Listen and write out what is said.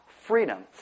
freedom